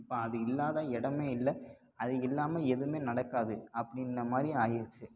இப்போ அது இல்லாத இடமே இல்லை அது இல்லாமல் எதுவுமே நடக்காது அப்படின்ன மாதிரி ஆயிருச்சு